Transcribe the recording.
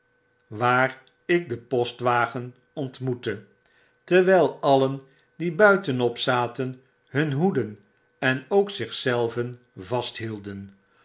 waar ik den postwagen ontmoette terwyl alien die buitenop zaten hun hoeden en ook zich zelven vasthielden